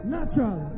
Natural